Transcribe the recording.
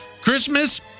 Christmas